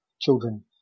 children